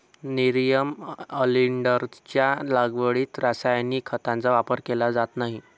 nerium ऑलिंडरच्या लागवडीत रासायनिक खतांचा वापर केला जात नाही